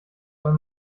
weil